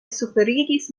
suferigis